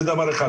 זה דבר אחד.